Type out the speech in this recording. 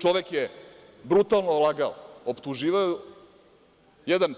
Čovek je brutalno lagao, optuživao jedan